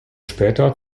später